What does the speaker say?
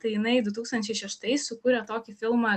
tai jinai du tūkstančiai šeštais sukūrė tokį filmą